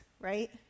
right